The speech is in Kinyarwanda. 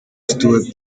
stuart